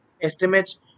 estimates